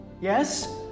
Yes